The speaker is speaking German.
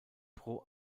pro